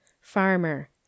farmer